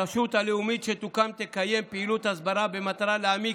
הרשות הלאומית שתוקם תקיים פעילות הסברה במטרה להעמיק